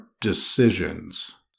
decisions